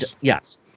yes